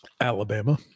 Alabama